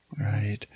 Right